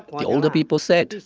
the older people said,